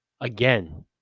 Again